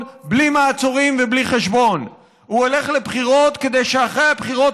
בלי מעצורים ובלי חשבון אחרי הבחירות